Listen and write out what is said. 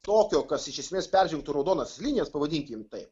tokio kas iš esmės peržengtų raudonas linijas pavadinkim taip